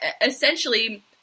essentially